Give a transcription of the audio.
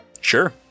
Sure